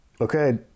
okay